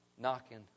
Knocking